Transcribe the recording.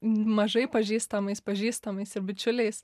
mažai pažįstamais pažįstamais bičiuliais